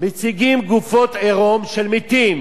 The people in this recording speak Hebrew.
מציגים גופות עירום של מתים,